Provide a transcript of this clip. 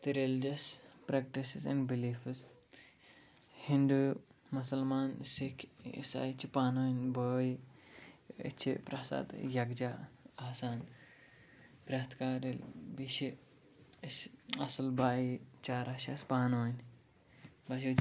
تہٕ religious practices in beliefs Hindu مُسَلمان سِکھ عصایی چھِ پانہٕ ؤنۍ بٲے أسۍ چھِ پرٛٮ۪تھ ساتہٕ یَکجاہ آسان پرٛٮ۪تھ کانٛہہ ریٚل بیٚیہِ چھِ أسۍ اَصٕل باے چارہ چھِ اَسہِ پانہٕ ؤنۍ